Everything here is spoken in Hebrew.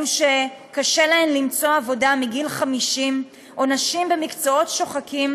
אלה שקשה להן למצוא עבודה מגיל 50 או נשים במקצועות שוחקים,